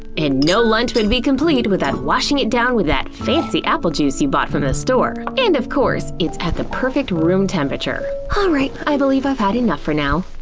and no lunch would be complete without washing it down with that fancy apple juice you bought from the store. and of course, it's at the perfect room temperature. alright, i believe i've had enough for now.